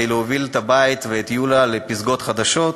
להוביל את הבית ואת יוליה לפסגות חדשות.